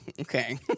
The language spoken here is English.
Okay